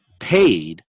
paid